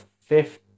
fifth